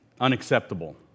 unacceptable